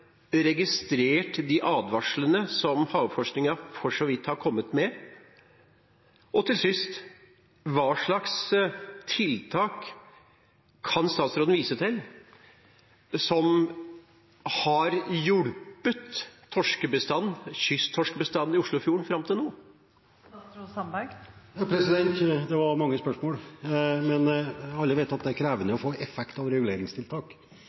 registrert de advarslene som havforskningen for så vidt har kommet med? Til sist: Hva slags tiltak kan statsråden vise til som har hjulpet kysttorskbestanden i Oslofjorden fram til nå? Det var mange spørsmål. Alle vet at det er krevende å få effekt av reguleringstiltak,